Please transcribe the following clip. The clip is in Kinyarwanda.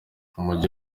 umujyi